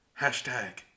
Hashtag